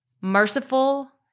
merciful